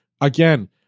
again